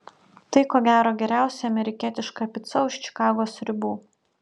tai ko gero geriausia amerikietiška pica už čikagos ribų